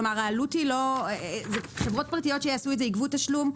כלומר, חברות פרטיות שיעשו את זה יגבו תשלום.